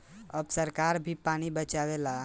अब सरकार भी पानी बचावे ला जागरूकता अभियान चालू कईले बा